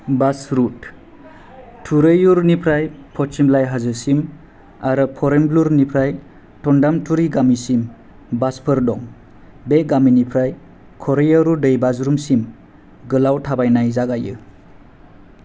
बास route थुरैयुरनिफ्राय पचीमलाई हाजोसिम आरो परेम्बलुरनिफ्राय थन्डामतुरि गामिसिम बासफोर दं बे गामिनिफ्राय करैयारु दैबाज्रुमसिम गोलाव थाबायनाया जागायो